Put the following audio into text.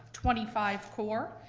twenty five core,